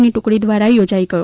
ની ટુકડી દ્વારા થોજાઇ ગયો